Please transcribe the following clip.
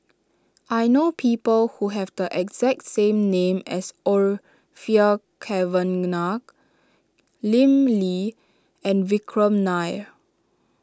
I know people who have the exact same name as Orfeur Cavenagh Lim Lee and Vikram Nair